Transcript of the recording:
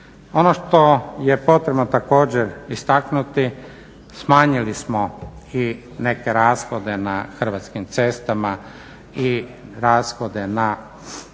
Ono što je potrebno također istaknuti, smanjili smo i neke rashode na Hrvatskim cestama i rashode na